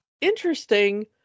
interesting